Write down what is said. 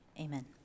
Amen